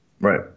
Right